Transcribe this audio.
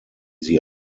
sie